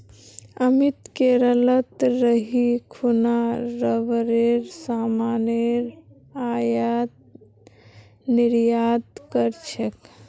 अमित केरलत रही खूना रबरेर सामानेर आयात निर्यात कर छेक